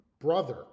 brother